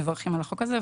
מברכים על החוק הזה,